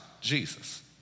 Jesus